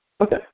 Okay